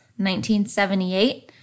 1978